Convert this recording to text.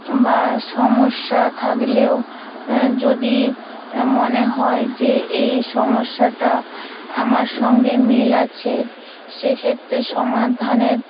বা সমস্যা থাকলেও যদি মনে হয় যে এই সমস্যাটা আমার সঙ্গে মিল আছে সেক্ষেত্রে সমাধানের